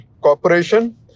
Corporation